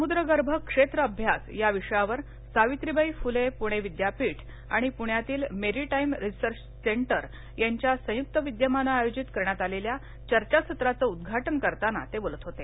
समुद्रगर्भ क्षेत्रअभ्यास या विषयावर सावित्रीबाई फुले पुणे विद्यापीठ आणि पुण्यातील मेरीटाईम रिसर्च सेंटर यांच्या संयुक्त विद्यमाने आयोजित करण्यात आलेल्या चर्चासत्राचे उद्घाटन करताना ते बोलत होते